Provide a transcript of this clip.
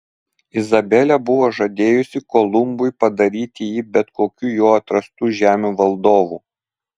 izabelė buvo žadėjusi kolumbui padaryti jį bet kokių jo atrastų žemių valdovu